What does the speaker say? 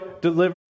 deliver